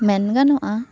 ᱢᱮᱱ ᱜᱟᱱᱚᱜᱼᱟ